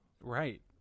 right